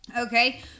Okay